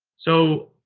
so,